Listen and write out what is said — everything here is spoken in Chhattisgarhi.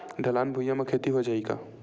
ढलान भुइयां म खेती हो जाही का?